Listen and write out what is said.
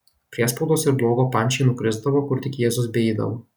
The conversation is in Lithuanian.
priespaudos ir blogio pančiai nukrisdavo kur tik jėzus beeidavo